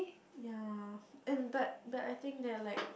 ya and but but I think they're like